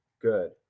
Good